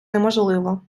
неможливо